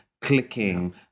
clicking